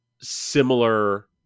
similar